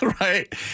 right